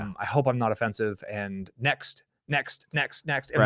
i hope i'm not offensive, and next, next, next, next,